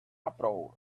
uproar